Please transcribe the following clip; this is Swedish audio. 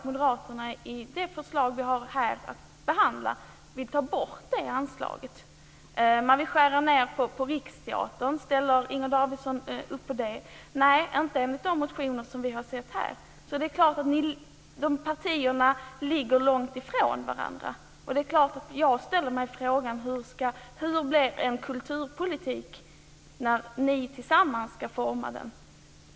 Moderaterna vill i det förslag vi här har att behandla ta bort det anslaget. De vill skära ned på Riksteatern. Ställer Inger Davidson upp på det? Nej, inte enligt de motioner som vi har sett här. Partierna ligger långt ifrån varandra. Jag ställer mig frågan: Hur blir en kulturpolitik när ni tillsammans ska forma den?